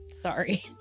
Sorry